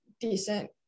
decent